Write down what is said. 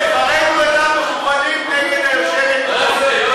דברינו אינם מכוונים נגד היושבת-ראש,